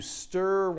stir